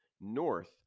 north